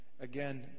again